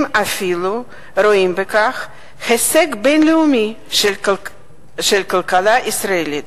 הם אפילו רואים בכך הישג בין-לאומי של הכלכלה הישראלית,